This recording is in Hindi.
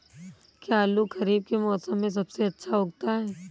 क्या आलू खरीफ के मौसम में सबसे अच्छा उगता है?